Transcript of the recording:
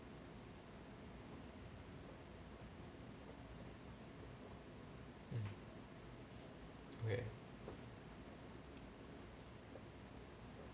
mm okay